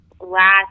last